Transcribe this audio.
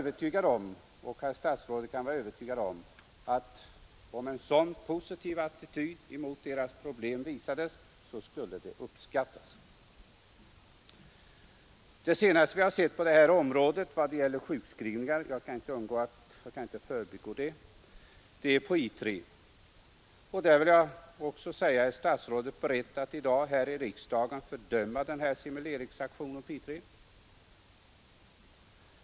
Herr statsrådet kan vara övertygad om att om en sådan positiv attityd till deras problem skulle det uppskattas. Det senaste vi har sett vad gäller sjukskrivningar — jag kan inte förbigå det är på I 3. Där vill jag ock det är beredd att i dag här i riksdagen fördöma denna simuleringsaktion på I 3.